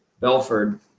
Belford